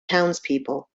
townspeople